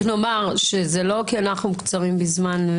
רק נאמר שזה לא כי אנחנו קצרים בזמן.